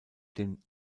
den